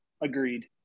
agreed